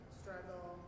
struggle